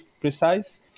precise